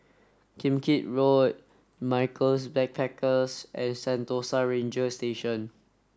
Kim Keat Road Michaels Backpackers and Sentosa Ranger Station